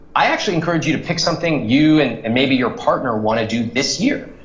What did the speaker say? i actually encourage you to pick something you and and maybe your partner want to do this year.